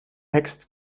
hackst